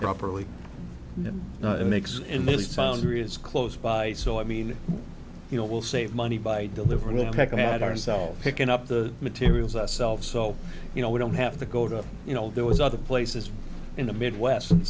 koreans close by so i mean you know we'll save money by delivering them back at ourselves picking up the materials ourselves so you know we don't have to go to you know there was other places in the midwest and